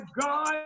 God